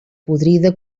podrida